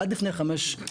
עד לפני 5 שנים,